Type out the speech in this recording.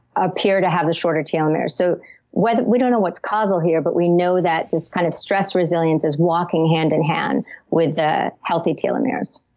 appear to have the shorter telomeres. so we don't know what's causal here, but we know that this kind of stress resilience is walking hand in hand with the healthy telomeres.